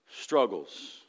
struggles